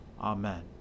Amen